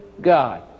God